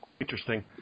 Interesting